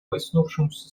высунувшемуся